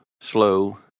slow